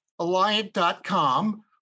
Alliant.com